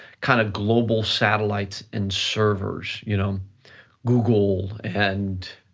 kind of global satellites and servers. you know google and